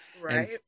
right